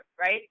right